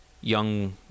young